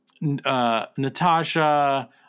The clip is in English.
Natasha